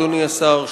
אדוני השר,